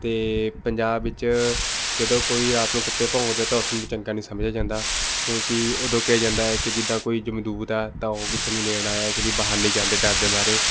ਅਤੇ ਪੰਜਾਬ ਵਿੱਚ ਜਦੋਂ ਕੋਈ ਰਾਤ ਨੂੰ ਕੁੱਤੇ ਭੌਂਕਦੇ ਤਾਂ ਉਸਨੂੰ ਵੀ ਚੰਗਾ ਨਹੀਂ ਸਮਝਿਆ ਜਾਂਦਾ ਕਿਉਂਕਿ ਉਦੋਂ ਕਿਹਾ ਜਾਂਦਾ ਕਿ ਜਿੱਦਾਂ ਕੋਈ ਜਮਦੂਤ ਹੈ ਤਾਂ ਉਹ ਕਿਸੇ ਨੂੰ ਲੈਣ ਆਇਆ ਤਾਂ ਇਸ ਲਈ ਬਾਹਰ ਨਹੀਂ ਜਾਂਦੇ ਡਰਦੇ ਮਾਰੇ